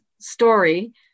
story